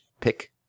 pick